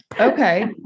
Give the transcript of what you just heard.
Okay